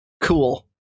Cool